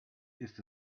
ist